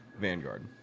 Vanguard